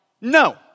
no